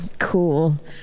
Cool